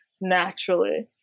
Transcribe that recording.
naturally